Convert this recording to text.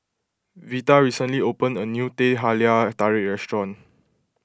Vita recently opened a new Teh Halia Tarik restaurant